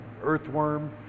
earthworm